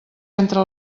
entre